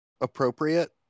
appropriate